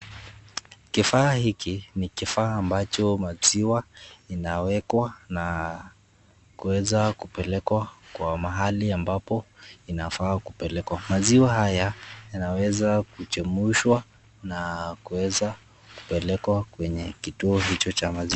Kifaa hiki ni kifaa ambacho maziwa inawekwa na kuweza kupelekwa kwa mahali ambapo inafaa kupelekwa . Maziwa haya yanaweza kuchemshwa na kuweza kupelekwa kwenye kituo hicho cha maziwa .